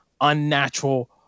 unnatural